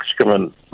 Excrement